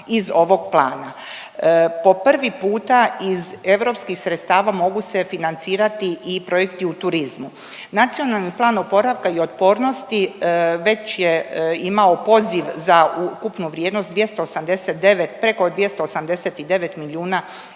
iz ovog plana. Po prvi puta iz europskih sredstava mogu se financirati i projekti u turizmu. Nacionalni plan oporavka i otpornosti već je imao poziv za ukupnu vrijednost 289, preko 289 milijuna